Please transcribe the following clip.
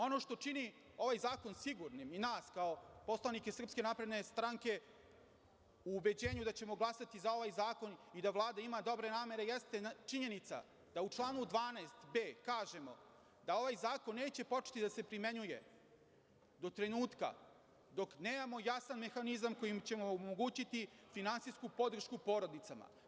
Ono što čini ovaj zakon sigurnim i nas kao poslanika SNS u ubeđenju da ćemo glasati za ovaj zakon i da Vlada ima dobre namere, jeste činjenica da u članu 12b kažemo da ovaj zakon neće početi da se primenjuje do trenutka dok nemamo jasan mehanizam kojim ćemo omogućiti finansijsku podršku porodicama.